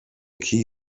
key